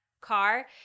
car